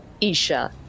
Isha